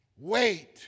wait